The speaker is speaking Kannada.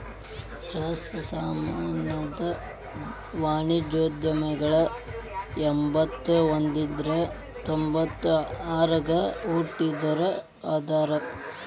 ಸಹಸ್ರಮಾನದ ವಾಣಿಜ್ಯೋದ್ಯಮಿಗಳ ಎಂಬತ್ತ ಒಂದ್ರಿಂದ ತೊಂಬತ್ತ ಆರಗ ಹುಟ್ಟಿದೋರ ಅದಾರ